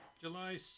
July